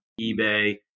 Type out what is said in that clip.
eBay